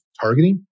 targeting